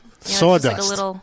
Sawdust